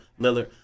Lillard